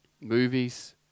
Movies